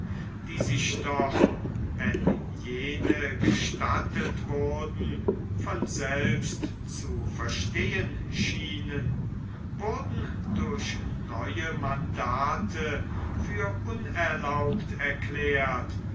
die sich doch wenn jene gestattet wurden von selbst zu verstehen schienen wurden durch neue mandate für unerlaubt erklärt